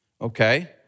okay